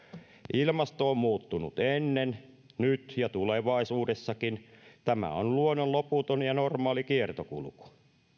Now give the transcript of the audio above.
ilmasto on muuttunut ennen nyt ja tulevaisuudessakin tämä on luonnon loputon ja normaali kiertokulku